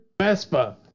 Vespa